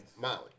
Molly